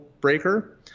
breaker